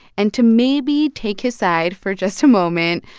and to maybe take his side for just a moment,